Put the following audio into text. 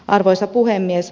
arvoisa puhemies